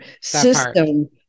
system